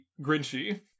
Grinchy